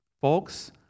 folks